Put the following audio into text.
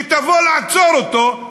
שתבוא לעצור אותו,